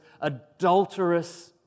adulterous